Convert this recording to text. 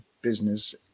business